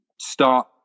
start